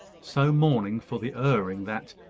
so mourning for the erring that,